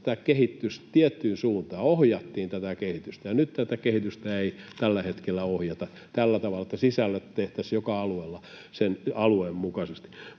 tämä kehittyisi tiettyyn suuntaan, ohjattiin tätä kehitystä, ja nyt tätä kehitystä ei tällä hetkellä ohjata tällä tavalla, että sisällöt tehtäisiin joka alueella sen alueen mukaisesti.